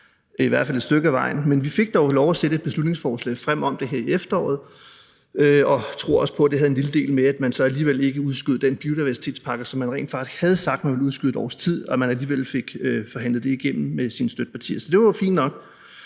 i hvert fald et stykke ad vejen. Men vi fik dog lov til at fremsætte et beslutningsforslag om det her i efteråret, og vi tror også på, at det havde en lille betydning for, at man alligevel ikke udskød den biodiversitetspakke, som man rent faktisk havde sagt man ville udskyde et års tid, men alligevel fik den forhandlet igennem med sine støttepartier. Så det var jo fint nok.